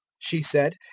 she said,